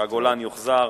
שהגולן יוחזר.